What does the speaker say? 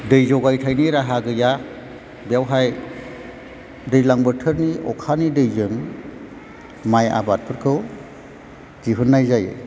दै जगायथायनि राहा गैया बेवहाय दैज्लां बोथोरनि अखानि दैजों माइ आबादफोरखौ दिहुननाय जायो